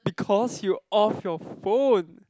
because you off your phone